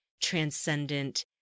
transcendent